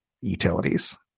utilities